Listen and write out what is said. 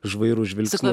žvairu žvilgsniu